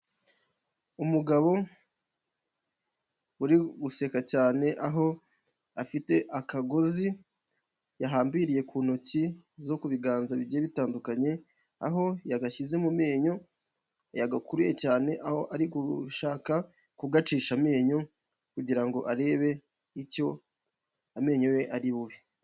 Umugabo uri guseka cyane aho afite akagozi yahambiriye ku ntoki zo ku biganza bigiye bitandukanye, aho yagashyize mu menyo yagakuriye cyane, aho ari gushaka kugacisha amenyo kugira ngo arebe icyo amenyo ye ari bube.